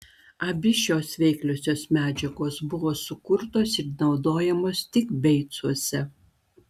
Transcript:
abi šios veikliosios medžiagos buvo sukurtos ir naudojamos tik beicuose